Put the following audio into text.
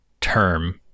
term